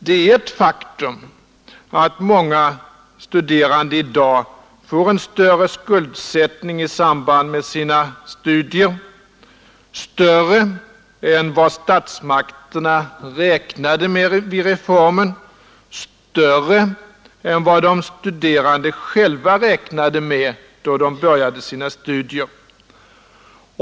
Det är ett faktum att många studerande i dag drabbas av en större skuldsättning i samband med sina studier — större än vad statsmakterna räknade med vid reformens genomförande, större än vad de studerande själva räknade med då de började sina studier.